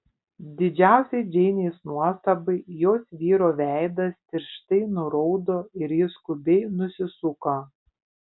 didžiausiai džeinės nuostabai jos vyro veidas tirštai nuraudo ir jis skubiai nusisuko